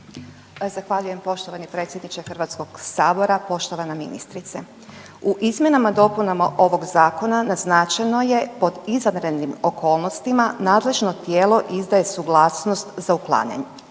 Zahvaljujem poštovani predsjedniče HS. Poštovana ministrice, u izmjenama i dopunama ovog zakona naznačeno je pod izvanrednim okolnostima nadležno tijelo izdaje suglasnost za uklanjanje.